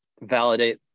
validate